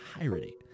entirety